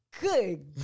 good